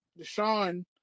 Deshaun